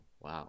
wow